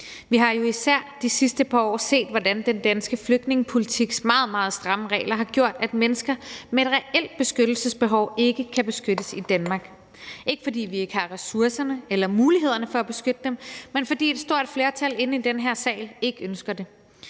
Vi har jo især de sidste par år set, hvordan den danske flygtningepolitiks meget, meget stramme regler har gjort, at mennesker med et reelt beskyttelsesbehov ikke kan beskyttes i Danmark. Det er ikke, fordi vi ikke har ressourcerne eller mulighederne for at beskytte dem, men fordi et stort flertal inde i den her sal ikke ønsker det.